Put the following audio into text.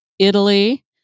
Italy